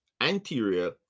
anterior